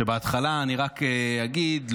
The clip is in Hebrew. בהתחלה אני רק אגיד,